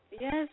Yes